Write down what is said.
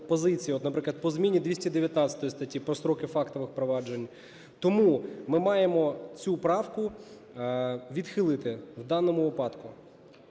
наприклад, по зміні 219 статті, про строки фактових проваджень, тому ми маємо цю правку відхилити в даному випадку.